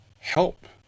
help